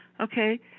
Okay